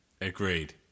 Agreed